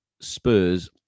spurs